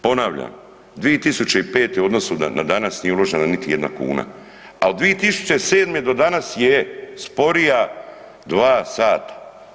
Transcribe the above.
Ponavljam, 2005. u odnosu na danas nije uložena niti jedna kuna, a od 2007. do danas je sporija dva sata.